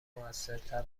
موثرتر